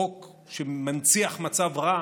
חוק שמנציח מצב רע